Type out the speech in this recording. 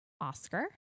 Oscar